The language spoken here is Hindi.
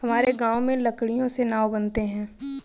हमारे गांव में लकड़ियों से नाव बनते हैं